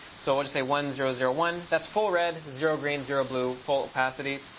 so we'll just say one zero zero one. that's full red zero green, zero blue, full opacity.